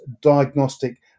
diagnostic